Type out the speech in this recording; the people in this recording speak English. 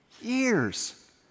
years